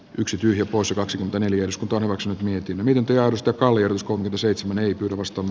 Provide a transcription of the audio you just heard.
yksityi usa kaksikymmentäneljä sm turnauksen mietin miten teosta kallion koulun seitsemännen kuvasto